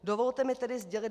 Dovolte mi tedy sdělit